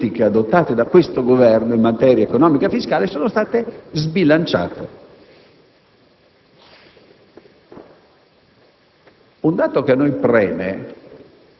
Probabilmente tutte le politiche adottate dal Governo in materia economico-fiscale sono state sbilanciate: